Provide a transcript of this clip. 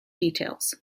details